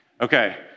Okay